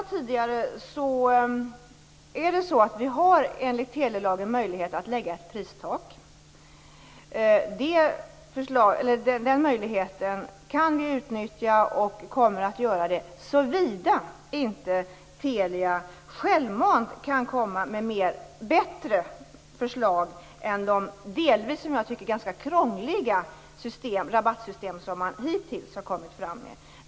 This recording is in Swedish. Herr talman! Vi har enligt telelagen möjlighet att lägga ett pristak. Den möjligheten kan vi utnyttja - och kommer att göra - såvida inte Telia självmant kan komma med bättre förslag än de delvis ganska krångliga rabattsystem som hittills har funnits.